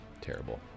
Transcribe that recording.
terrible